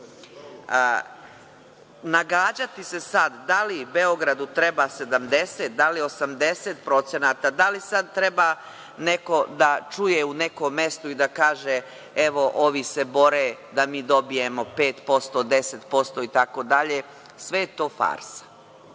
zakon. Nagađati se sad da li Beogradu treba 70, da li 80%, da li sada treba neko da čuje u nekom mestu i da kaže - evo ovi se bore da mi dobijemo 5%, 10% itd, sve je to farsa.